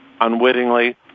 unwittingly